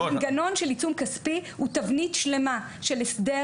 מנגנון של עיצום כספי הוא תבנית שלמה של הסדר